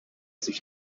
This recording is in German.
sich